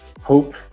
hope